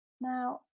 Now